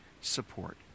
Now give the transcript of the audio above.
support